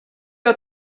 got